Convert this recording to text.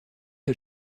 her